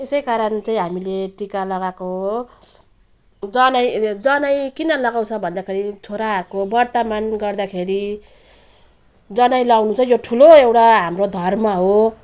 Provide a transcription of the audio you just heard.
यसै कारण चाहिँ हामीले टिका लगाएको हो जनै जनै किन लगाउँछ भन्दाखेरि छोराहरूको व्रतबन्ध गर्दाखेरि जनै लगाउनु चाहिँ यो ठुलो एउटा हाम्रो धर्म हो